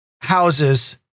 houses